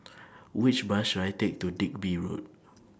Which Bus should I Take to Digby Road